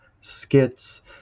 skits